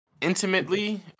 intimately